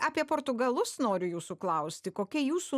apie portugalus noriu jūsų klausti kokia jūsų